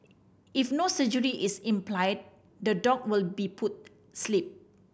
if no surgery is implied the dog will be put sleep